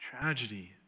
tragedy